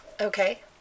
Okay